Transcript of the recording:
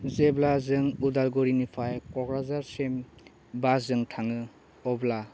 जेब्ला जों उदालगुरिनिफ्राय क'क्राझारसिम बासजों थाङो अब्ला